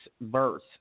verse